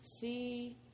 See